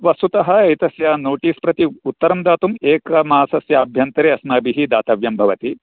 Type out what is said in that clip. वस्तुतः एतस्य नोटिस् प्रति उत्तरं दातुं एकमासस्य अभ्यन्तरे अस्माभिः दातव्यं भवति